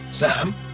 Sam